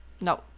no